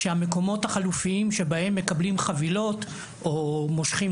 שהמקומות החלופיים שבהם מקבלים חבילות או מושכים